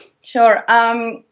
Sure